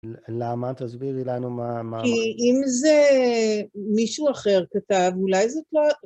למה? תסבירי לנו מה... כי אם זה מישהו אחר כתב, אולי זה...